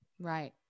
Right